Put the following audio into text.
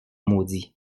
maudits